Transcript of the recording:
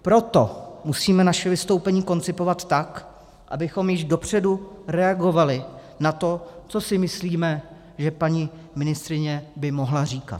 Proto musíme svá vystoupení koncipovat tak, abychom již dopředu reagovali na to, co si myslíme, že by paní ministryně mohla říkat.